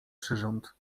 przyrząd